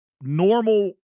normal